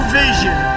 vision